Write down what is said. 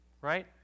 right